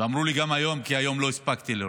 ואמרו לי שגם היום, כי היום לא הספקתי לראות.